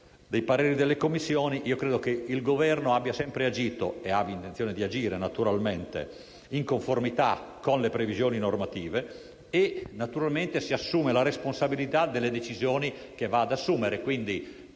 dei pareri delle Commissioni, il Governo ha sempre agito e ha intenzione di agire in conformità con le previsioni normative, e naturalmente si assume la responsabilità delle decisioni che adotterà.